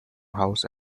house